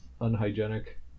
unhygienic